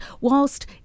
whilst